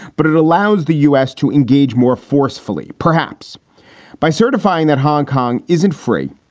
but it allows the u s. to engage more forcefully, perhaps by certifying that hong kong isn't free.